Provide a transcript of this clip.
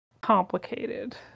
complicated